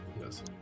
yes